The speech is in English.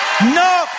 No